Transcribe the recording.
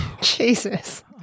Jesus